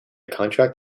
contract